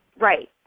Right